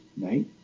right